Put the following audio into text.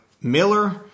Miller